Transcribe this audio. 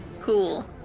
Cool